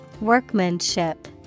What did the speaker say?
Workmanship